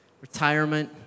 retirement